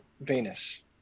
Venus